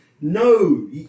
No